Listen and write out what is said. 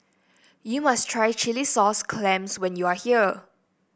you must try Chilli Sauce Clams when you are here